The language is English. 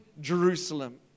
Jerusalem